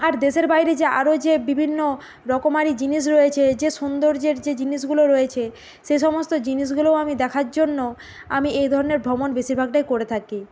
আর দেশের বাইরে যে আরো যে বিভিন্ন রকমারি জিনিস রয়েছে যে সৌন্দর্যের যে জিনিসগুলো রয়েছে সে সমস্ত জিনিসগুলোও আমি দেখার জন্য আমি এই ধরনের ভ্রমণ বেশিরভাগটাই করে থাকি